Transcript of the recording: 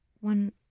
one